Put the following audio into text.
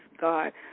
God